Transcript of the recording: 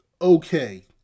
okay